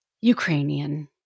Ukrainian